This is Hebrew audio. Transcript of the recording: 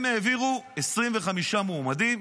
והם העבירו 25 מועמדים.